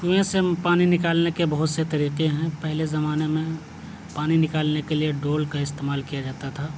کنویں سے ہم پانی نکالنے کے بہت سے طریقے ہیں پہلے زمانے میں پانی نکالنے کے لیے ڈول کا استعمال کیا جاتا تھا